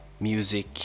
music